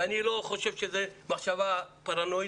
ואני לא חושב שזו מחשבה פרנואידית,